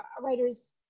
writers